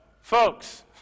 folks